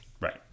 Right